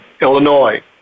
Illinois